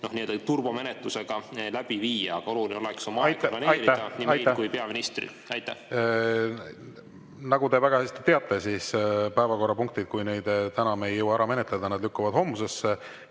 suuda nii-öelda turbomenetlusega läbi viia, aga oluline oleks oma aega planeerida nii meil kui ka peaministril. Aitäh! Nagu te väga hästi teate, need päevakorrapunktid, mida me täna ei jõua ära menetleda, lükkuvad homsesse.